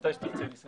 מתי שתרצי אני אסיים.